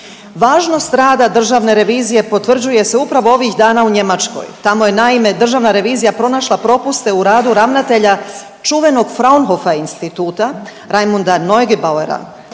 Važnost rada državne revizije potvrđuje se upravo ovih dana u Njemačkoj. Tamo je naime državna revizija pronašla propuste u radu ravnatelja čuvenog Fraunhofer Instituta Reimunda Neugebauera.